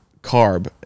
carb